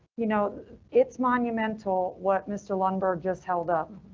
you know it's monumental. what mr lundberg just held up.